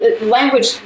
Language